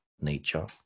nature